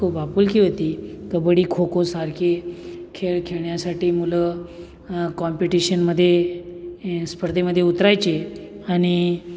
खूप आपुलकी होती कबड्डी खोखोसारखे खेळ खेळण्यासाठी मुलं कॉम्पिटिशनमध्ये स्पर्धेमध्ये उतरायची आणि